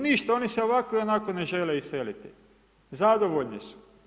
Ništa, oni se ovako i onako ne žele iseliti, zadovoljni su.